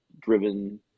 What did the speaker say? driven